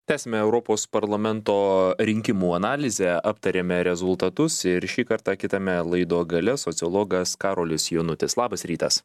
tęsiame europos parlamento rinkimų analizę aptarėme rezultatus ir šį kartą kitame laido gale sociologas karolis jonutis labas rytas